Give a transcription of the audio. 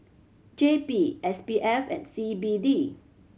J P S P F and C B D